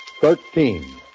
Thirteen